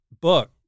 book